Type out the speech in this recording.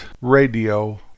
radio